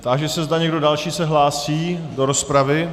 Táži se, zda někdo další se hlásí do rozpravy.